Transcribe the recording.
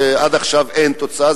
שעד עכשיו אין תוצאה.